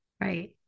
Right